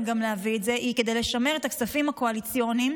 להביא את זה היא לשמר את הכספים הקואליציוניים